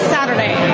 Saturday